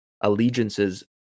allegiances